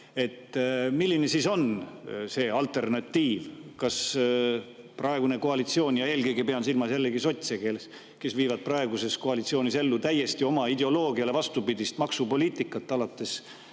Milline siis on see alternatiiv? Praegune koalitsioon, eelkõige pean silmas jällegi sotse, viib praeguses koalitsioonis ellu täiesti oma ideoloogiale vastupidist maksupoliitikat, alates